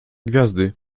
gwiazdy